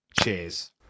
Cheers